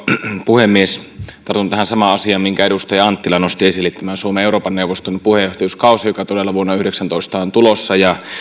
puhemies tartun tähän samaan asiaan minkä edustaja anttila nosti esille tähän suomen euroopan neuvoston puheenjohtajuuskauteen joka todella vuonna kaksituhattayhdeksäntoista on tulossa